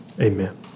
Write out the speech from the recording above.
Amen